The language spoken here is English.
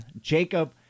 Jacob